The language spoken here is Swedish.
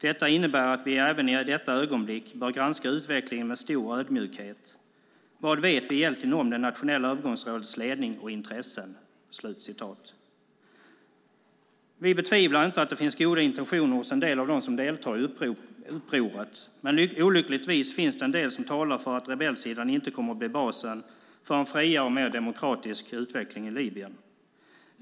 Detta innebär att vi även i detta ögonblick bör granska utvecklingen med stor ödmjukhet. Vad vet vi egentligen om det nationella övergångsrådets ledning och intressen?" Vi betvivlar inte att det finns goda intentioner hos en del av dem som deltar i upproret, men olyckligtvis finns det en hel del som talar för att rebellsidan inte kommer att bli basen för en friare och mer demokratisk utveckling i Libyen.